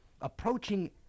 Approaching